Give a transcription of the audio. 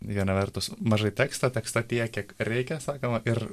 viena vertus mažai teksto teksto tiek kiek reikia sakoma ir